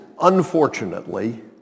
unfortunately